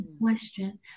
question